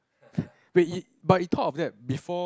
wait y~ but you thought of that before